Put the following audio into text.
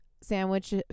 sandwich